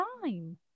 time